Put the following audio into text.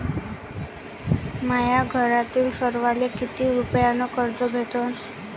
माह्या घरातील सर्वाले किती रुप्यान कर्ज भेटन?